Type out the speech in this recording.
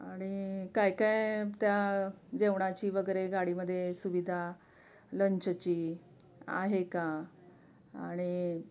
आणि काय काय त्या जेवणाची वगैरे गाडीमध्ये सुविधा लंचची आहे का आणि